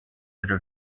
other